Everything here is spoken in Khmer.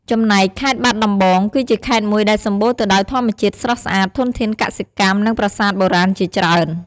ចំណែកខេត្តបាត់ដំបង គឺជាខេត្តមួយដែលសម្បូរទៅដោយធម្មជាតិស្រស់ស្អាត ធនធានកសិកម្ម និងប្រាសាទបុរាណជាច្រើន។